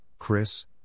Chris